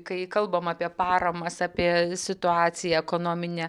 kai kalbam apie paramas apie situaciją ekonominę